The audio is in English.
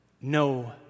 no